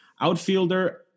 Outfielder